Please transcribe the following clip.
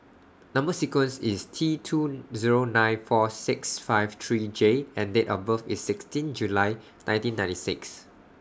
Number sequence IS T two Zero nine four six five three J and Date of birth IS sixteen July nineteen ninety six